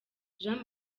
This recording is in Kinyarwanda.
jean